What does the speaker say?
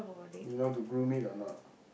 you know how to groom it or not